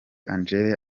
angel